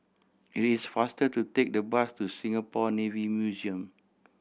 it is faster to take the bus to Singapore Navy Museum